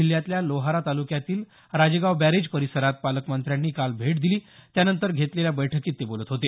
जिल्ह्यातल्या लोहारा तालुक्यातील राजेगाव बॅरेज परिसरात पालकमंत्र्यांनी काल भेट दिली त्यानंतर घेतलेल्या बैठकीत ते बोलत होते